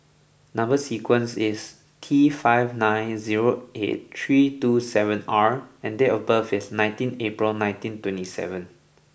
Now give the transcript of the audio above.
number sequence is T five nine zero eight three two seven R and date of birth is nineteen April nineteen twenty seven